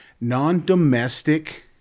non-domestic